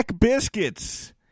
Biscuits